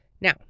Now